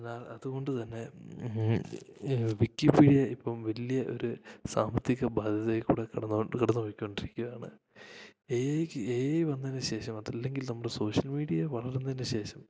അതിനാൽ അതുകൊണ്ട് തന്നെ വിക്കിപ്പീഡ്യ ഇപ്പം വലിയ ഒരു സാമ്പത്തിക ബാധ്യതേക്കൂടെ കടന്നോണ്ട് കടന്ന് പോയി കൊണ്ടിരിക്കുക ആണ് എ ഐക്ക് എ ഐ വന്നതിന് ശേഷം അത് അല്ലെങ്കിൽ നമ്മുടെ സോഷ്യൽ മീഡ്യ വളർന്നതിന് ശേഷം